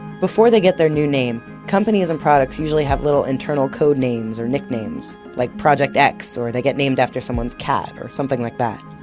before they get their new name, companies and products usually have a little internal code names or nicknames like project x or they get named after someone's cat or something like that.